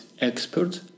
experts